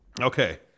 Okay